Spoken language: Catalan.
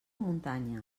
muntanya